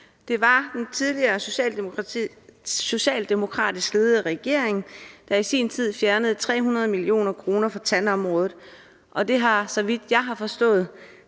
Det var den tidligere socialdemokratisk ledede regering, der i sin tid fjernede 300 mio. kr. fra tandområdet, og det har, så vidt jeg har forstået